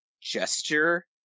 gesture